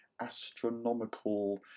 astronomical